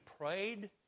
prayed